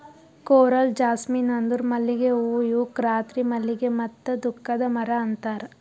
coral jasmine ಅಂದುರ್ ಮಲ್ಲಿಗೆ ಹೂವು ಇವುಕ್ ರಾತ್ರಿ ಮಲ್ಲಿಗೆ ಮತ್ತ ದುಃಖದ ಮರ ಅಂತಾರ್